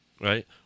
Right